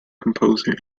composer